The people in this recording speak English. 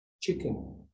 chicken